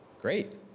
Great